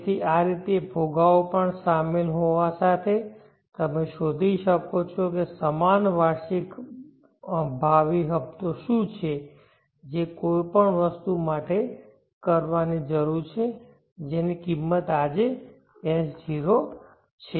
તેથી આ રીતે ફુગાવો પણ શામેલ હોવા સાથે તમે શોધી શકો છો કે સમાન વાર્ષિક ભાવિ હપ્તો શું છે જે કોઈ વસ્તુ માટે કરવાની જરૂર છે જેની કિંમત આજે S0 છે